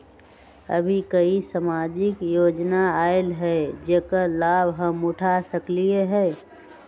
अभी कोई सामाजिक योजना आयल है जेकर लाभ हम उठा सकली ह?